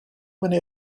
many